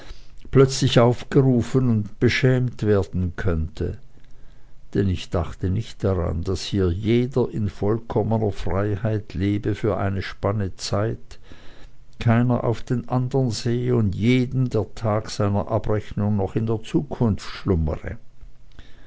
plötzlich aufgerufen und beschämt werden könnte denn ich dachte nicht daran daß hier jeder in vollkommener freiheit lebe für eine spanne zeit keiner auf den andern sehe und jedem der tag seiner abrechnung noch in der zukunft schlummere